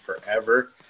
forever